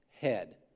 head